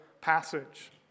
passage